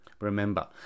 Remember